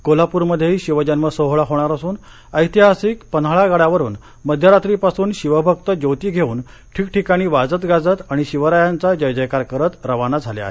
कोल्हाप्रमध्येही शिव जन्म सोहळा होणार असून ऐतिहासिक पन्हाळा गडावरून मध्यरात्रीपासून शिवभक्त ज्योती घेऊन ठिकठिकाणी वाजत गाजत आणि शिवरायांचा जयजयकार करत रवाना झाले आहेत